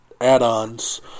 add-ons